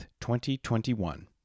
2021